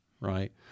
right